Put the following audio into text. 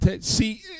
see